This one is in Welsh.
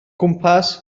gwmpas